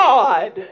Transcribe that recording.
God